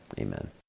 Amen